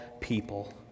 people